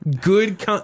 good